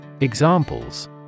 Examples